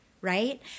right